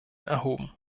erhoben